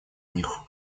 них